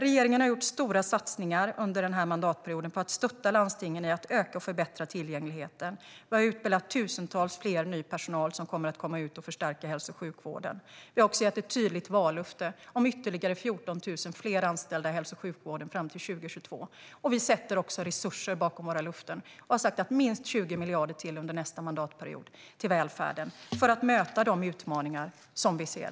Regeringen har under den här mandatperioden gjort stora satsningar på att stötta landstingen när det gäller att öka och förbättra tillgängligheten. Vi har utbildat tusentals nya medarbetare som kommer att förstärka hälso och sjukvården. Vi har också gett ett tydligt vallöfte om ytterligare 14 000 fler anställda i hälso och sjukvården fram till 2022. Vi sätter också resurser bakom våra löften och har sagt att vi vill tillföra minst 20 miljarder till välfärden under nästa mandatperiod för att möta de utmaningar som vi ser.